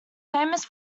famous